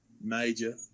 major